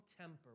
temper